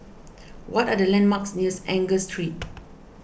what are the landmarks near Angus Street